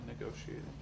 negotiating